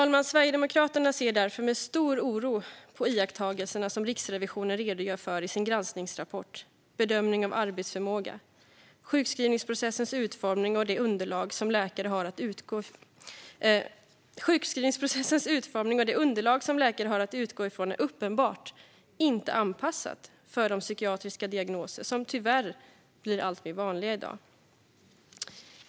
Sverigedemokraterna ser därför med stor oro på de iakttagelser som Riksrevisionen redogör för i sin granskningsrapport Bedömning av arbetsförmåga vid psykisk ohälsa . Sjukskrivningsprocessens utformning och det underlag som läkare har att utgå från är uppenbart inte anpassade för de psykiatriska diagnoser som i dag tyvärr blir allt vanligare.